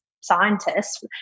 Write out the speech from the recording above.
scientists